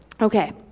Okay